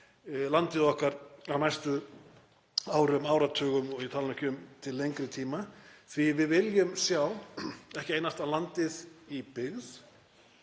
landið okkar á næstu árum og áratugum, ég tala nú ekki um til lengri tíma. Við viljum ekki einasta sjá landið í byggð